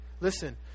Listen